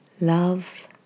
Love